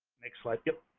next slide. yep.